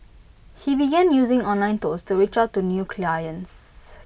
he began using online tools to reach out to new clients